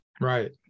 Right